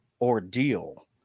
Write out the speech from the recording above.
ordeal